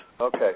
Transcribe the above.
Okay